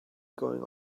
going